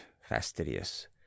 fastidious